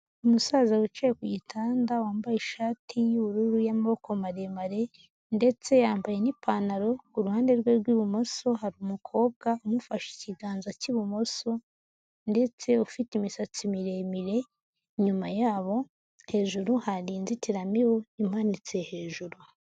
Umusaza wicaye ku gitanda, wambaye ishati y'ubururu y'amaboko maremare ndetse yambaye n'ipantaro, ku ruhande rwe rw'ibumoso hari umukobwa umufashe ikiganza cy'ibumoso ndetse ufite imisatsi miremire, inyuma yabo hejuru hari inzitiramibu imanitse hejuru.